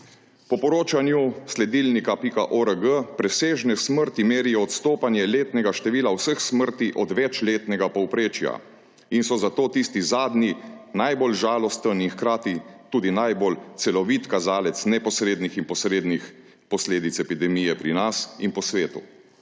Po poročanju sledilnika.org presežne smrti merijo odstopanje letnega števila vseh smrti od večletnega povprečja in so zato tisti zadnji najbolj žalosten in hkrati tudi najbolj celovit kazalec neposrednih in posrednih posledic epidemije pri nas in po svetu.